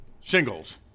shingles